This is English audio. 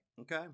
Okay